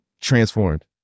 transformed